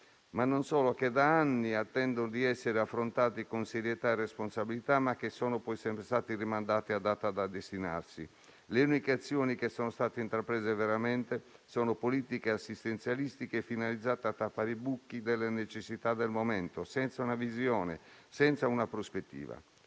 (e non solo) che da anni attendono di essere affrontati con serietà e responsabilità, ma che sono poi sempre stati rimandati a data da destinarsi. Le uniche azioni che sono state intraprese veramente sono politiche assistenzialistiche finalizzate a tappare i buchi per le necessità del momento, senza una visione e senza una prospettiva.